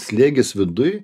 slėgis viduj